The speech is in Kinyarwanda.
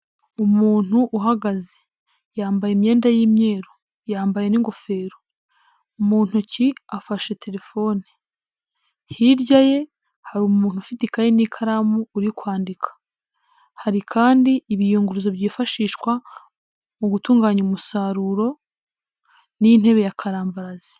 Umuntu uhagaze yambaye imyenda y'imyeru, yambaye n'ingofero. Mu ntoki afashe telefone, hirya ye hari umuntu ufite ikayi n'ikaramu uri kwandika, hari kandi ibiyunguruzo byifashishwa mu gutunganya umusaruro n'intebe ya karambarazi.